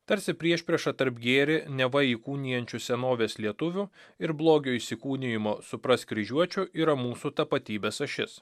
tarsi priešprieša tarp gėrį neva įkūnijančių senovės lietuvių ir blogio įsikūnijimo suprask kryžiuočių yra mūsų tapatybės ašis